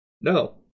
No